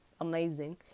Amazing